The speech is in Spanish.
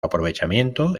aprovechamiento